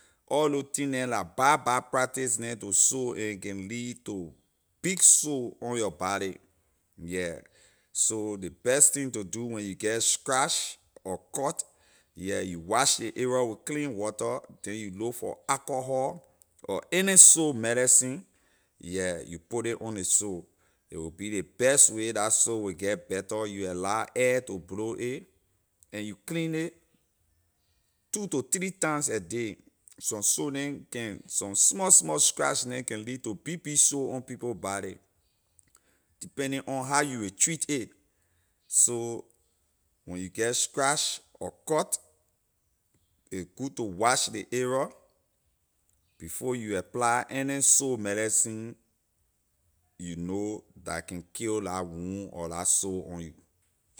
All lo thing neh la bad bad practice neh to sore and a can lead to big sore on your body yeah so ley best thing to do when you get scratch or cut yeah you wash ley area with clean water then you look for alcohol or any sore medicine yeah you put ley on ley sore yeah a wey be ley best way la sore wey get better you allow air to blow it and you clean nay two to three times a day some sore neh can some small small scratch neh can lead to big big sore on people body depending on how you wey treat it so when you get scratch or cut a good to wash ley area before you apply any sore medicine you know la can kill la wound or la sore on you.